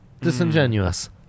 disingenuous